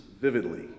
vividly